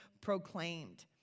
proclaimed